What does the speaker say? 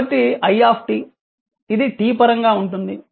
కాబట్టి i ఇది t పరంగా ఉంటుంది